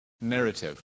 narrative